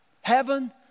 Heaven